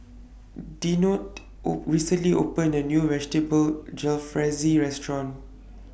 Dionte recently opened A New Vegetable Jalfrezi Restaurant